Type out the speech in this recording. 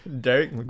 Derek